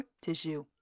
tissue